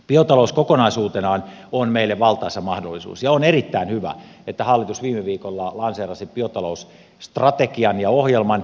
biotalous kokonaisuutenaan on meille valtaisa mahdollisuus ja on erittäin hyvä että hallitus viime viikolla lanseerasi biotalousstrategian ja ohjelman